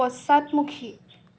পশ্চাদমুখী